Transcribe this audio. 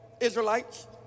Israelites